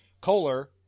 Kohler